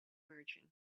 merchant